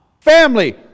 Family